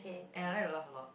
and I like to laugh a lot